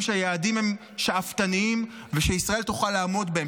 שהיעדים הם שאפתניים ושישראל תוכל לעמוד בהם,